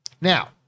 Now